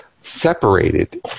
separated